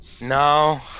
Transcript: No